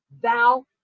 thou